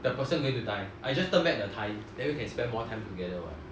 the person going to die I just turn back the time then we can spend more time together [what]